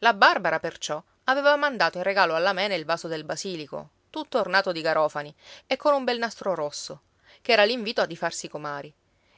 la barbara perciò aveva mandato in regalo alla mena il vaso del basilico tutto ornato di garofani e con un bel nastro rosso che era l'invito di farsi comari